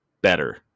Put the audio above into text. better